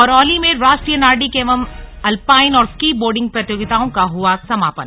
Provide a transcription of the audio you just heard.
और औली में राष्ट्रीय नार्डिक एवं अल्पाइन और स्की बोर्डिंग प्रतियोगिताओं का हुआ समापन